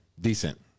decent